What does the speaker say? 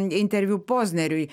interviu pozneriui